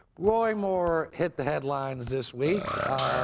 roy moore hit the headlines this week.